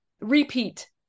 repeat